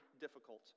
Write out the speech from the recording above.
difficult